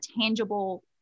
tangible